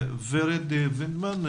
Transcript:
ורד וינדמן,